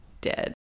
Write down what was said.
dead